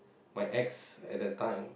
my ex at that time